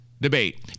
debate